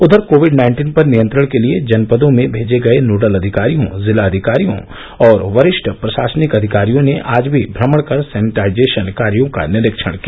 उधर Covid nineteen पर नियंत्रण के लिए जनपदों में भेजे गए नोडल अधिकारियों जिलाधिकारियों और वरिष्ठ प्रशासनिक अधिकारियों ने आज भी भ्रमण कर सैनिटाइजेशन कार्यो का निरीक्षण किया